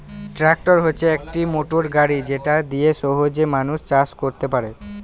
tractor হচ্ছে একটি motor গাড়ি যেটা দিয়ে সহজে মানুষ চাষ করতে পারে